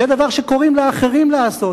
זה דבר שקוראים לאחרים לעשות.